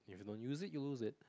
you don't use it you lose it